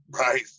Right